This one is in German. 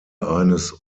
eines